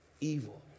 evil